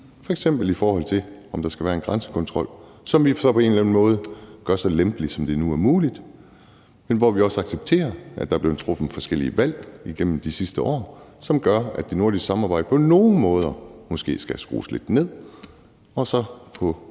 f.eks. i forhold til om der skal være en grænsekontrol, som vi så på en eller anden måde gør så lempelig, som det nu er muligt, men hvor vi også accepterer, at der er blevet truffet forskellige valg igennem de sidste år, som gør, at det nordiske samarbejde på nogle måder måske skal skrues lidt ned og så, på